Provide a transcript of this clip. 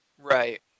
right